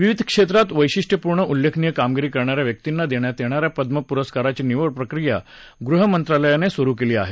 विविध क्षेत्रांत वैशिष्ट्यपूर्ण आणि उल्लेखनीय कामगिरी करणा या व्यक्तींना देण्यात येणा या पद्य पुरस्काराची निवड प्रक्रिया गृह मंत्रालयानं सुरु केली आहे